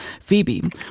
Phoebe